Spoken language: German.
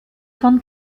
von